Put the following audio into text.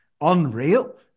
unreal